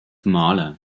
mahler